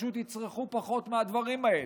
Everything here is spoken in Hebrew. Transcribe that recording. שפשוט יצרכו פחות מהדברים האלה.